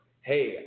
hey